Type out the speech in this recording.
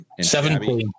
Seven